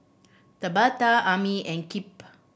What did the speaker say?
Tabatha Amie and Kipp